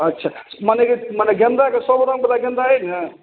अच्छा मने कि मने गेन्दाके सब रङ्गवला गेन्दा अइ ने